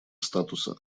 статуса